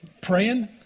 praying